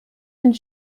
une